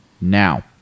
Now